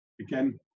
again